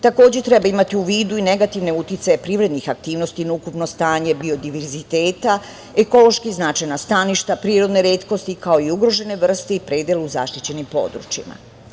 Takođe, treba imati u vidu i negativne uticaje privrednih aktivnosti na ukupno stanje biodiverziteta, ekološki značajna staništa, prirodne retkosti, kao i ugrožene vrste i predelu zaštićenim područjima.